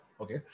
Okay